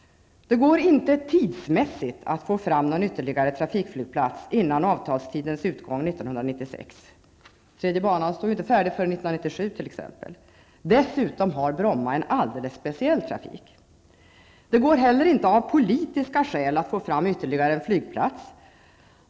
Det går inte tidsmässigt att få fram någon ytterligare trafikflygplats före avtalstidens utgång 1996. Exempelvis står ju den tredje banan inte färdig förrän 1997. Dessutom har Bromma en alldeles speciell trafik. Det går inte heller av politiska skäl att få fram ytterligare en flygplats.